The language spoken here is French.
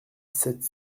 sept